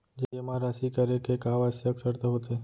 जेमा राशि करे के का आवश्यक शर्त होथे?